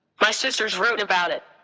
my sisters wrote about it.